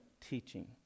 teaching